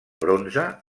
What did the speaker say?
bronze